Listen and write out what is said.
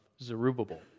Zerubbabel